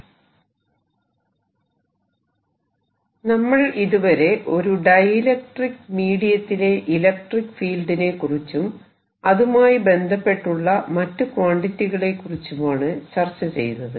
electrostatics dielectric മെറ്റീരിയലിന്റെ സാന്നിധ്യത്തിൽ II നമ്മൾ ഇതുവരെ ഒരു ഡൈഇലക്ട്രിക്ക് മീഡിയ ത്തിലെ ഇലക്ട്രിക്ക് ഫീൽഡ് നെ കുറിച്ചും അതുമായി ബന്ധപ്പെട്ടുള്ള മറ്റു ക്വാണ്ടിറ്റികളെ കുറിച്ചുമാണ് ചർച്ച ചെയ്തത്